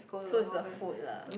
so is the food lah